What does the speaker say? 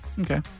Okay